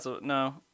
No